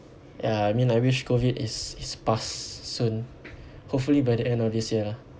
ya I mean I wish COVID is is past soon hopefully by the end of this year